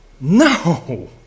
No